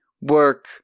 Work